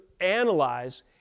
analyze